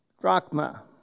drachma